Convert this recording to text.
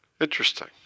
Interesting